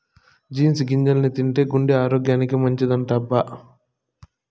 beans గింజల్ని తింటే గుండె ఆరోగ్యానికి మంచిదటబ్బా